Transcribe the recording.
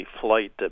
flight